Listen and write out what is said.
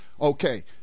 okay